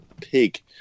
pig